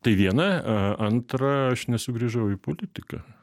tai viena antra aš nesugrįžau į politiką